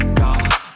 go